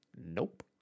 Nope